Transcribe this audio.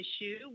issue